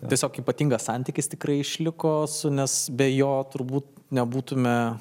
tiesiog ypatingas santykis tikrai išliko su nes be jo turbūt nebūtume